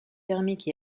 thermique